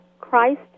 Christ